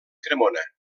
cremona